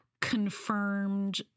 confirmed